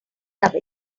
love